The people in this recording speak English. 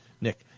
Nick